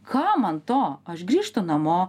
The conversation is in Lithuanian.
kam man to aš grįžtu namo